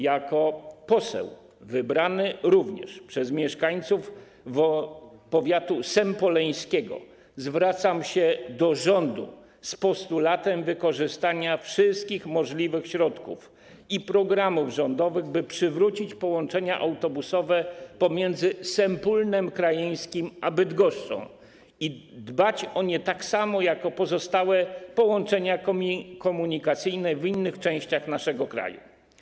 Jako poseł wybrany również przez mieszkańców powiatu sępoleńskiego zwracam się do rządu z postulatem wykorzystania wszystkich możliwych środków i programów rządowych, by przywrócić połączenia autobusowe pomiędzy Sępólnem Krajeńskim a Bydgoszczą i dbać o nie tak samo jak o pozostałe połączenia komunikacyjne w innych częściach naszego kraju.